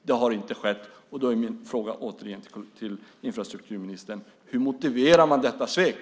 Det har inte skett, och då är min fråga till infrastrukturministern återigen: Hur motiverar man detta svek?